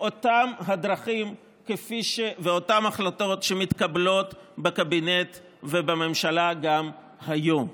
אותן הדרכים ואותן החלטות שמתקבלות בקבינט ובממשלה גם כיום.